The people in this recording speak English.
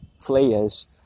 players